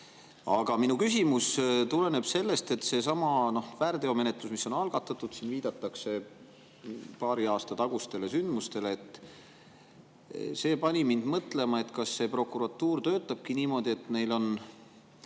Aga minu küsimus tuleneb sellest, et seesama väärteomenetlus, mis on algatatud – siin viidatakse paari aasta tagustele sündmustele. See pani mind mõtlema, kas prokuratuur töötabki niimoodi, et neil on,